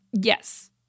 yes